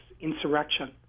insurrection